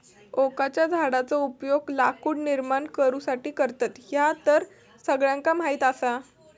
ओकाच्या झाडाचो उपयोग लाकूड निर्माण करुसाठी करतत, ह्या तर सगळ्यांका माहीत आसा